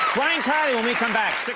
brian kiley when we come back,